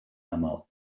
aml